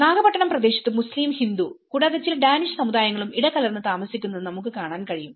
നാഗപട്ടണം പ്രദേശത്ത് മുസ്ലീം ഹിന്ദു കൂടാതെ ചില ഡാനിഷ് സമുദായങ്ങളും ഇടകലർന്ന് താമസിക്കുന്നത് നമുക്ക് കാണാൻ കഴിയും